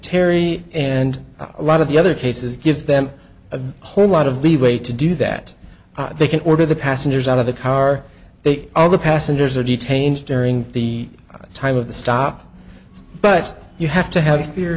terry and a lot of the other cases give them a whole lot of leeway to do that they can order the passengers out of the car they all the passengers are detained during the time of the stop but you have to have